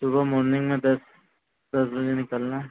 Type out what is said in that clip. सुबह मॉर्निंग में दस दस बजे निकलना है